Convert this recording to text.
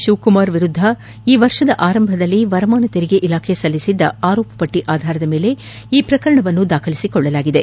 ಶಿವಕುಮಾರ್ ವಿರುದ್ದ ಈ ವರ್ಷದ ಆರಂಭದಲ್ಲಿ ವರಮಾನ ತೆರಿಗೆ ಇಲಾಖೆ ಸಲ್ಲಿಸಿದ್ದ ಆರೋಪ ಪಟ್ಟಿ ಆಧಾರದ ಮೇಲೆ ಈ ಪ್ರಕರಣವನ್ನು ದಾಖಲಿಸಿಕೊಳ್ಳಲಾಗಿದೆ